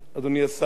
אדוני השר,